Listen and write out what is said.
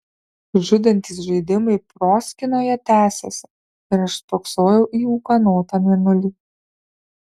žudantys žaidimai proskynoje tesėsi ir aš spoksojau į ūkanotą mėnulį